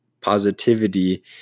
positivity